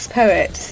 poet